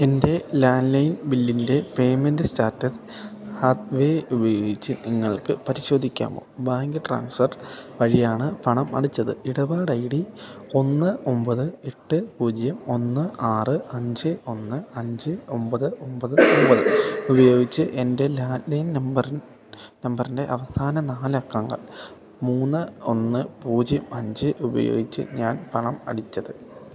എൻ്റെ land line ബില്ലിൻ്റെ payment status Hathway ഉപയോഗിച്ച് നിങ്ങൾക്ക് പരിശോധിക്കാമോ ബാങ്ക് ട്രാൻസ്ഫർ വഴിയാണ് പണം അടച്ചത് ഇടപാട് ഐ ഡി ഒന്ന് ഒമ്പത് എട്ട് പൂജ്യം ഒന്ന് ആറ് അഞ്ച് ഒന്ന് അഞ്ച് ഒമ്പത് ഒമ്പത് ഒമ്പത് ഉപയോഗിച്ച് എൻ്റെ ലാൻഡ് ലൈൻ നമ്പറിൻ നമ്പറിൻ്റെ അവസാന നാലക്കങ്ങൾ മൂന്ന് ഒന്ന് പൂജ്യം അഞ്ച് ഉപയോഗിച്ച് ഞാൻ പണം അടിച്ചത്